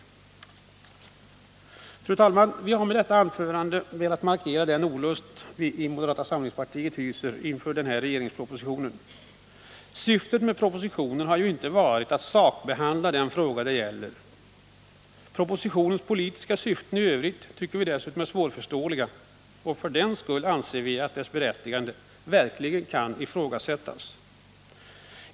Fru talman! Jag har med detta anförande velat markera den olust vi i moderata samlingspartiet känner inför denna regeringsproposition. Syftet med propositionen har ju inte varit att sakbehandla den fråga det gäller. Propositionens politiska syften i övrigt tycker vi dessutom är svårförståeliga, och för den skull anser vi att propositionens berättigande verkligen kan ifrågasättas.